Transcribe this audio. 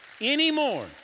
anymore